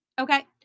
Okay